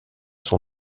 son